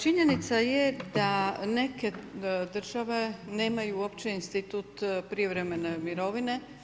Činjenica je da neke države nemaju uopće institutu prijevremene mirovine.